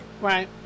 Right